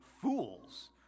fools